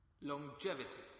Longevity